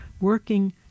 working